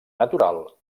natural